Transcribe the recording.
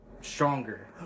stronger